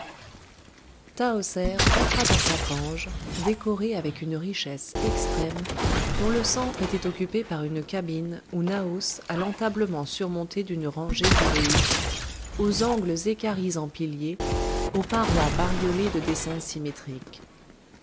pièces tahoser entra dans sa cange décorée avec une richesse extrême dont le centre était occupé par une cabine ou naos à l'entablement surmonté d'une rangée d'uræus aux angles équarris en piliers aux parois bariolées de dessins symétriques